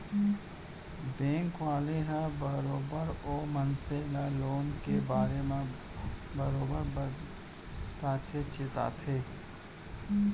bank वाले ह बरोबर ओ मनसे ल लोन के बारे म बरोबर बताथे चेताथे